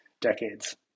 decades